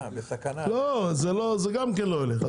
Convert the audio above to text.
זה גם כן לא ילך.